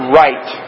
right